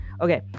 Okay